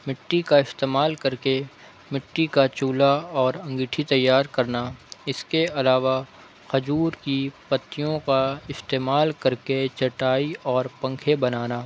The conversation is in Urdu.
مٹی کا استعمال کر کے مٹی کا چولہا اور انگیٹھی تیار کرنا اس کے علاوہ کھجور کی پتیوں کا استعمال کر کے چٹائی اور پنکھے بنانا